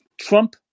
Trump